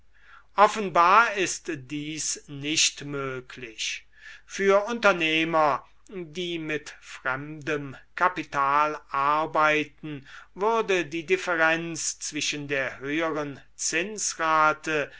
offenbar ist dies nicht möglich für unternehmer die mit fremdem kapital arbeiten würde die differenz zwischen der höheren zinsrate